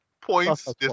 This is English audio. points